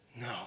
No